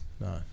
No